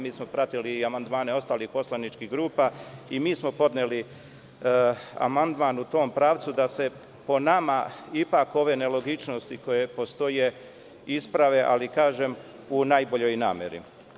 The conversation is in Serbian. Mi smo pratili i amandmane ostalih poslaničkih grupa, a i mi smo podneli amandman u tom pravcu da se, po nama, ipak ove nelogičnosti koje postoje isprave, ali, kažem, u najboljoj nameri.